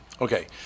Okay